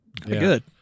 good